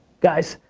guys.